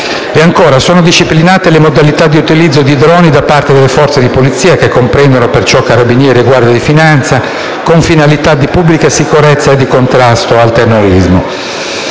Sono poi disciplinate le modalità di utilizzo di droni da parte delle forze di polizia, che comprendono perciò Carabinieri e Guardia di finanza, con finalità di pubblica sicurezza e di contrasto al terrorismo.